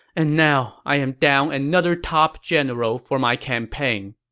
and now i am down another top general for my campaign.